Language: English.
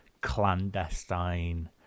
clandestine